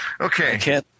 Okay